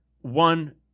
one